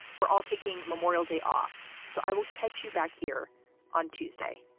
we're all taking memorial day off. so i will catch you back here on tuesday